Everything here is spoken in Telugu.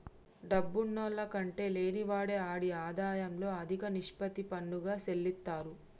డబ్బున్నాల్ల కంటే లేనివాడే ఆడి ఆదాయంలో అదిక నిష్పత్తి పన్నుగా సెల్లిత్తారు